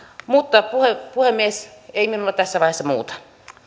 mutta puhemies ei minulla tässä vaiheessa muuta